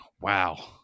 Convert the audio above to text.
Wow